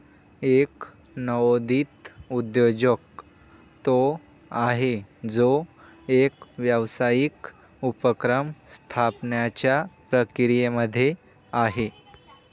एक नवोदित उद्योजक तो आहे, जो एक व्यावसायिक उपक्रम स्थापण्याच्या प्रक्रियेमध्ये आहे